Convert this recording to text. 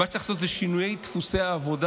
מה שחשוב לעשות זה שינויי דפוסי העבודה